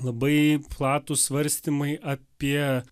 labai platūs svarstymai apie